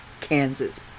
Kansas